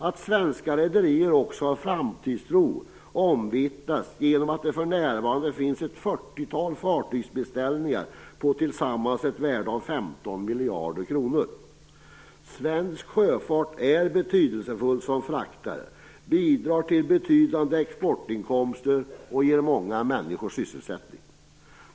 Att svenska rederier har framtidstro omvittnas genom att det för närvarande finns ett fyrtiotal fartygsbeställningar, tillsammans till ett värde av 15 miljarder kronor. Svensk sjöfart är betydelsefull som fraktare, bidrar till betydande exportinkomster och ger många människor sysselsättning.